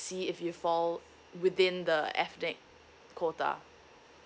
see if you fall within the ethnic quota